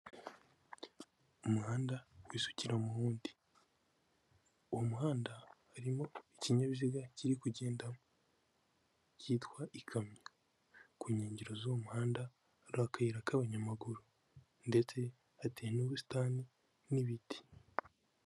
Umuhanda wisukira mu wundi uwo muhanda harimo ikinyabiziga kiri kugenda cyitwa ikamyo, ku nkengero zuwo muhanda hari akayira k'abanyamaguru ndetse hateye n'ubusitani n'ibiti.